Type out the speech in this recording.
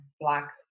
black